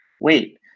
wait